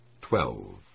Twelve